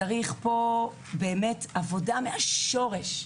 צריך פה באמת עבודה ממש מהשורש.